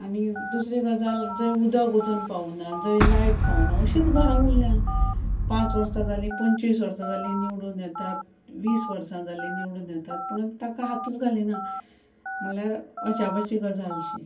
आनी दुसरी गजाल जंय उदक अजून पावूंक ना जंय लायट पावना अशींच घरां उल्ल्या पांच वर्सां जालीं पंचवीस वर्सां जालीं निवडून येतात वीस वर्सां जालीं निवडून येतात पुणून ताका हातूच घालिना म्हल्ल्यार अजाबाची गजालशी